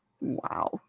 Wow